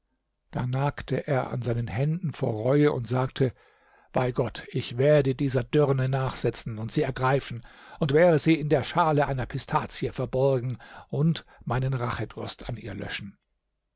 da nagte er an seinen händen vor reue und sagte bei gott ich werde dieser dirne nachsetzen und sie ergreifen und wäre sie in der schale einer pistazie verborgen und meinen rachedurst an ihr löschen